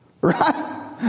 Right